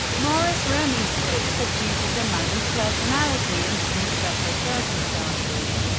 maurice remy states that due to the man's personality and some special circumstances,